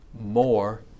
more